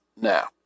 now